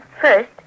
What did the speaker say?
First